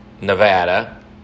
Nevada